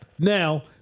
Now